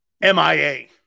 MIA